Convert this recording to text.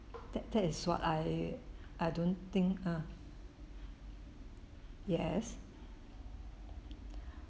that that is what I I don't think ah yes